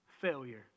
Failure